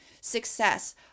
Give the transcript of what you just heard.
success